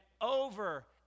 over